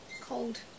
Cold